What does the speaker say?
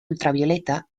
ultravioleta